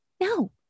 No